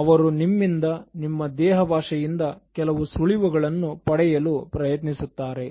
ಅವರು ನಿಮ್ಮಿಂದ ನಿಮ್ಮ ದೇಹ ಭಾಷೆಯಿಂದ ಕೆಲವು ಸುಳಿವುಗಳನ್ನು ಪಡೆಯಲು ಪ್ರಯತ್ನಿಸುತ್ತಾರೆ